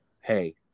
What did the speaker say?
hey